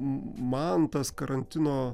man tas karantino